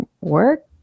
work